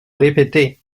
répéter